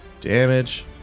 Damage